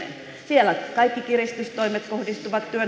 siellä kaikki kiristystoimet kohdistuvat